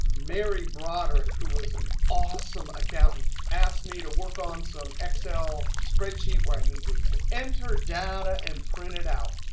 mary broderick who was an awesome accountant asked me to work on some excel spreadsheet where i needed to enter data and print it out.